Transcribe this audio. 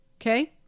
okay